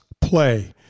play